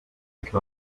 quedó